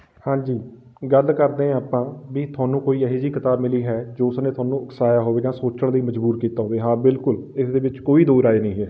ਹਾਂਜੀ ਗੱਲ ਕਰਦੇ ਹਾਂ ਆਪਾਂ ਵੀ ਤੁਹਾਨੂੰ ਕੋਈ ਇਹੋ ਜਿਹੀ ਕਿਤਾਬ ਮਿਲੀ ਹੈ ਜੋ ਉਸਨੇ ਤੁਹਾਨੂੰ ਉਕਸਾਇਆ ਹੋਵੇ ਜਾਂ ਸੋਚਣ ਲਈ ਮਜਬੂਰ ਕੀਤਾ ਹੋਵੇ ਹਾਂ ਬਿਲਕੁਲ ਇਸਦੇ ਵਿੱਚ ਕੋਈ ਦੋਰਾਏ ਨਹੀਂ ਹੈ